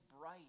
bright